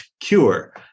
cure